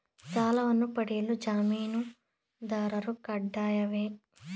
ಸಾಲವನ್ನು ಪಡೆಯಲು ಜಾಮೀನುದಾರರು ಕಡ್ಡಾಯವೇ?